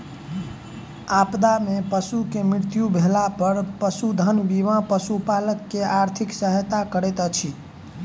आपदा में पशु के मृत्यु भेला पर पशुधन बीमा पशुपालक के आर्थिक सहायता करैत अछि